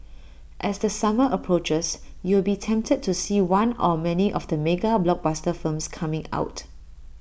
as the summer approaches you will be tempted to see one or many of mega blockbuster films coming out